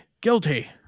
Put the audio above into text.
Guilty